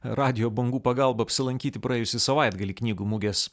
radijo bangų pagalba apsilankyti praėjusį savaitgalį knygų mugės